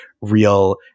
real